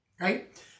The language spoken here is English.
right